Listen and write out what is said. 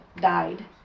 died